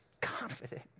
confident